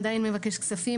עדיין מבקש כספים,